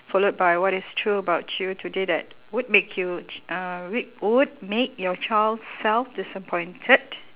followed by what is true about you today that would make you ch~ uh wi~ would make your child self disappointed